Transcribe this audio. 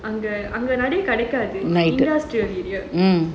அங்க நிறையா கிடைக்காது:anga niraiyaa kidaikaathu